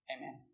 Amen